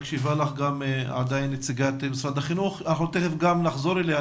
מקשיבה לך עדיין נציגת משרד החינוך שתיכף נחזור אליה,